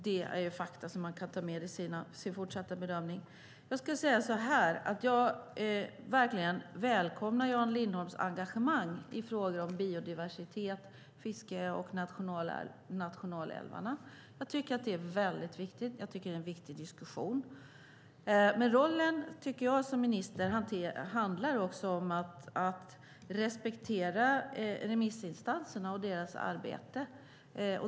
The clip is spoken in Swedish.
Det är fakta man kan ta med i sin fortsatta bedömning. Jag välkomnar Jan Lindholms engagemang i frågor om biodiversitet, fiske och nationalälvar. Det är en viktig diskussion. Som minister måste man dock respektera remissinstanserna och deras arbete.